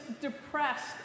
depressed